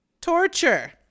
torture